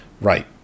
right